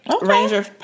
Ranger